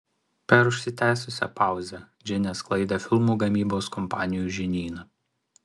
per užsitęsusią pauzę džinė sklaidė filmų gamybos kompanijų žinyną